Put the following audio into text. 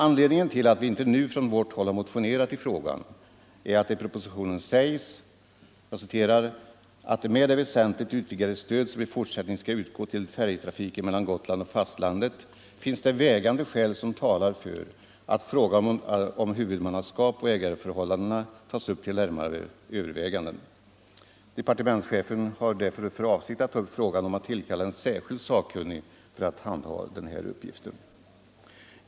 Anledningen till att vi inte nu från vårt håll har motionerat i frågan är att det i propositionen sägs att med det väsentligt utvidgade stöd som i fortsättningen skall utgå till färjetrafiken mellan Gotland och fastlandet finns det vägande skäl som talar för att frågan om huvudmannaskapet och ägarförhållandena tas upp till närmare överväganden. Departementschefen har därför för avsikt att ta upp frågan om att tillkalla en särskild sakkunnig för att handha denna uppgift.